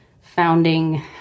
founding